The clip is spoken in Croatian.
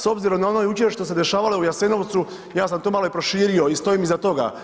S obzirom na ono jučer što se dešavalo u Jasenovcu, ja sam to malo i proširio i stojim iza toga.